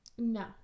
no